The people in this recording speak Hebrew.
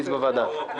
הצבעה בעד פה אחד בחירת